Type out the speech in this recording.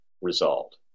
result